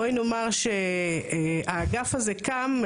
בואי נאמר שהאגף הזה קם,